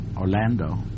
Orlando